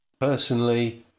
Personally